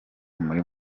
muri